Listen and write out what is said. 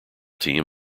team